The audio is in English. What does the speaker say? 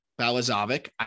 Balazovic